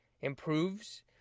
improves